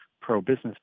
pro-business